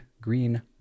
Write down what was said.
Green